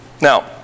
Now